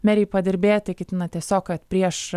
merei padirbėti ketina tiesiog kad prieš